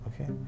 okay